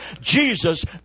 Jesus